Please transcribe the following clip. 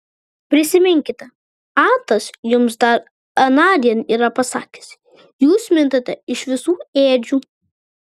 prisiminkite atas jums dar anądien yra pasakęs jūs mintate iš visų ėdžių